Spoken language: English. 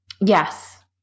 yes